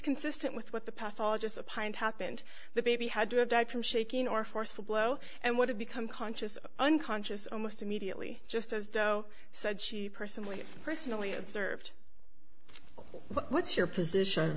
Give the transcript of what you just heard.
consistent with what the pathologist supine happened the baby had to have died from shaking or forceful blow and would have become conscious unconscious almost immediately just as joe said she personally personally observed what's your position